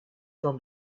from